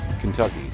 Kentucky